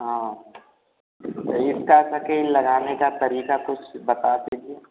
हाँ इसका सके लगाने का तरीका कुछ बता दीजिए